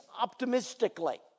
optimistically